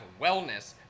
wellness